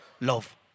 Love